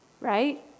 Right